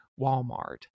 walmart